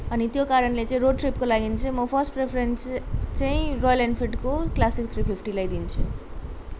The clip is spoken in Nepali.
अनि त्यो कारणले चाहिँ रोड ट्रिपको लागि चाहिँ म फर्स्ट प्रिफरेन्स चाहिँ रोयल एनफिल्डको क्लासिक थ्री फिफ्टीलाई दिन्छु